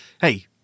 hey